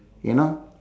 you know